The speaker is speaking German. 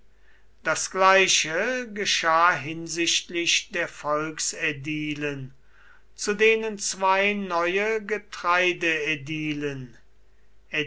das gleiche geschah hinsichtlich der volksädilen zu denen zwei neue